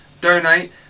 donate